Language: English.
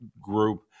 group